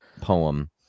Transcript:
poem